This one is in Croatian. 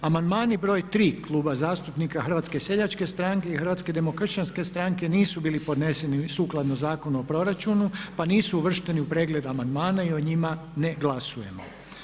Amandmani broj tri Kluba zastupnika Hrvatske seljačke stranke i Hrvatske demokršćanske stranke nisu bili podneseni sukladno Zakonu o proračunu, pa nisu uvršteni u pregled amandmana i o njima ne glasujemo.